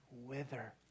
wither